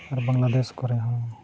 ᱟᱨ ᱵᱟᱝᱞᱟᱫᱮᱥ ᱠᱚᱨᱮ ᱦᱚᱸ